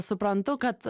suprantu kad